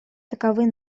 таковы